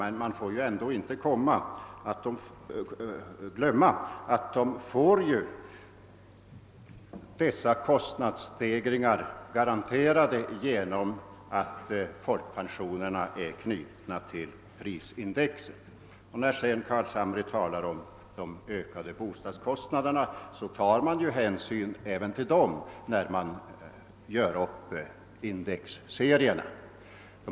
Men man får ändå inte glömma att dessa garanteras kompensation för prisstegringarna på grund av att folkpensionerna är knutna till prisindex. Även de ökade bostadskostnaderna, som herr Carlshamre talade om, tar man hänsyn till när man gör upp indexserierna.